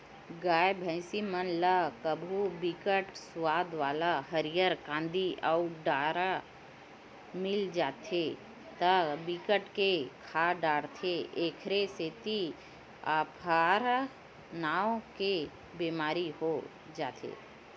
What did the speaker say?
गाय, भइसी मन ल कभू बिकट सुवाद वाला हरियर कांदी अउ दार मिल जाथे त बिकट के खा डारथे एखरे सेती अफरा नांव के बेमारी हो जाथे